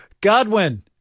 Godwin